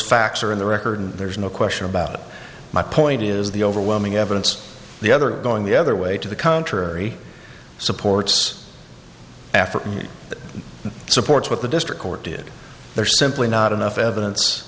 facts are in the record there's no question about my point is the overwhelming evidence the other going the other way to the contrary supports africa that supports what the district court did they are simply not enough evidence